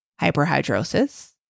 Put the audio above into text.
hyperhidrosis